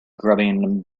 grubbing